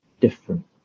different